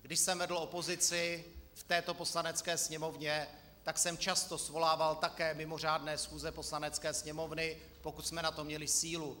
Když jsem vedl opozici v této Poslanecké sněmovně, tak jsem často svolával také mimořádné schůze Poslanecké sněmovny, pokud jsme na to měli sílu.